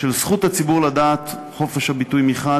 של זכות הציבור לדעת וחופש הביטוי מצד אחד